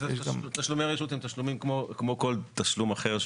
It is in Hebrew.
תשלומי רשות הם תשלומים כמו כל תשלום אחר.